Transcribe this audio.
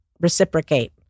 reciprocate